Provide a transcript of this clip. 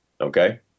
Okay